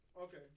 Okay